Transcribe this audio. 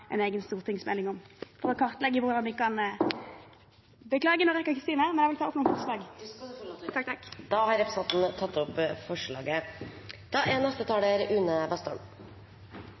en egen stortingsmelding om, for å kartlegge hvordan vi kan …– beklager, nå rekker jeg ikke å si mer, men jeg vil ta opp noen forslag. Det skal representanten få lov til. Takk, takk. Representanten